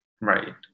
Right